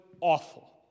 awful